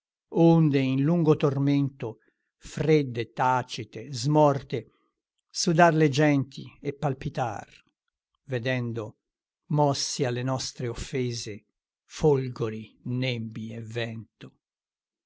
onde in lungo tormento fredde tacite smorte sudàr le genti e palpitàr vedendo mossi alle nostre offese folgori nembi e vento